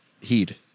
Heed